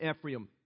Ephraim